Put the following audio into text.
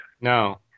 No